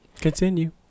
Continue